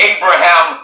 Abraham